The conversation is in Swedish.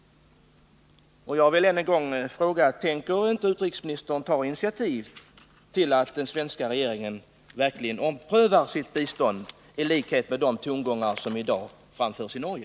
Jag vill än en gång fråga: Tänker inte utrikesministern ta initiativ till att den svenska regeringen verkligen omprövar sitt bistånd, i likhet med de tongångar som i dag framförs i Norge?